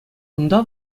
унта